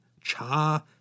cha